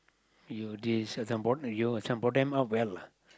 you this you brought them you bought them up well lah